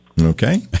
Okay